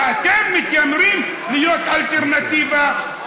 ואתם מתיימרים להיות אלטרנטיבה,